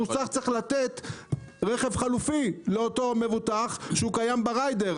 המוסך צריך לתת רכב חלופי לאותו מבוטח שהוא קיים בריידר,